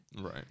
Right